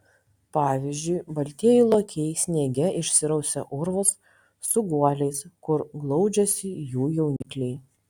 pavyzdžiui baltieji lokiai sniege išsirausia urvus su guoliais kur glaudžiasi jų jaunikliai